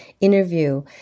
interview